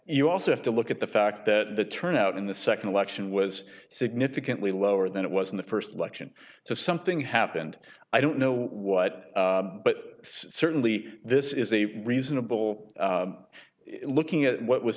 you also have to look at the fact that the turnout in the second election was significantly lower than it was in the first election so something happened i don't know what but certainly this is a reasonable looking at what was